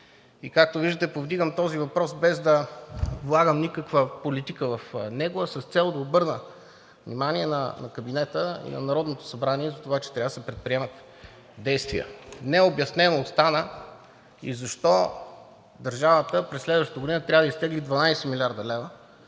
Както виждате, повдигам този въпрос, без да влагам никаква политика в него, а с цел да обърна внимание на кабинета и на Народното събрание за това, че трябва да се предприемат действия. Необяснено остана и защо държавата през следващата година трябва да изтегли 12 млрд. лв.